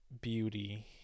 beauty